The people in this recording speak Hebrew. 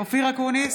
אופיר אקוניס,